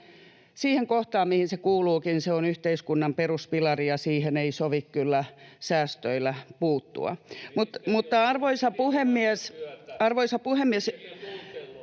siihen kohtaan, mihin se kuuluukin. Se on yhteiskunnan peruspilari, ja siihen ei sovi kyllä säästöillä puuttua. [Jukka Gustafsson: